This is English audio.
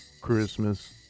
christmas